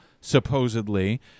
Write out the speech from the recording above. supposedly